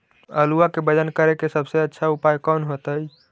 आलुआ के वजन करेके सबसे अच्छा उपाय कौन होतई?